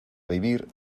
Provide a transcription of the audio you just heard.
vivir